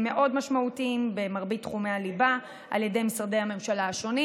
מאוד משמעותיים במרבית תחומי הליבה על ידי משרדי הממשלה השונים.